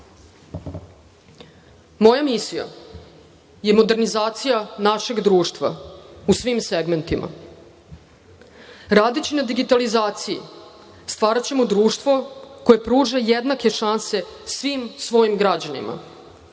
misija je modernizacija našeg društva u svim segmentima. Radeći na digitalizaciji stvaraćemo društvo koje pruža jednake šanse svim svojim građanima.